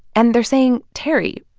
and they're saying, terry,